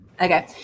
Okay